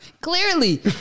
Clearly